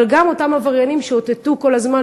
אבל גם על-ידי אותם עבריינים שאותתו כל הזמן